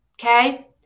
Okay